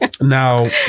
Now